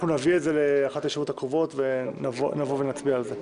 אנחנו נביא את זה לאחת הישיבות הקרובות ונצביע על זה.